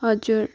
हजुर